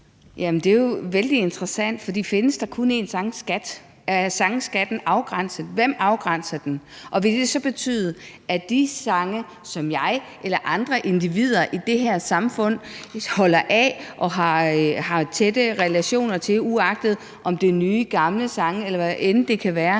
det er jo vældig interessant. For findes der kun én sangskat? Er sangskatten afgrænset? Hvem afgrænser den? Og ville det så betyde, at de sange, som jeg eller andre individer i det her samfund holder af og har tætte relationer til – uagtet om det er nye eller gamle sange, eller hvad end det kan være